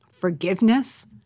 forgiveness